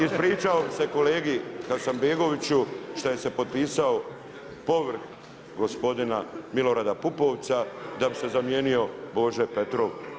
Ispričao bi se kolegi Hasanbegoviću šta se potpisao povrh gospodina Milorada Pupovca da bi se zamijenio Božo Petrov.